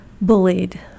bullied